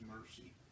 mercy